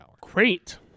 Great